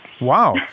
Wow